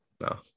no